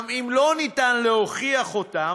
גם אם אי-אפשר להוכיח אותם,